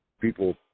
people